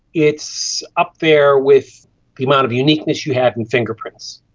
it's up there with the amount of uniqueness you have in fingerprints.